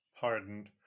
pardoned